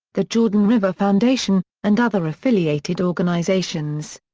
the jordan river foundation, and other affiliated organizations.